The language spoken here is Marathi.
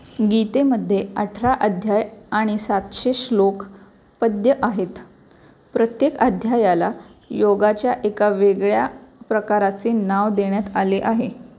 गीतेमध्ये अठरा अध्याय आणि सातशे श्लोक पद्य आहेत प्रत्येक अध्यायाला योगाच्या एका वेगळ्या प्रकाराचे नाव देण्यात आले आहे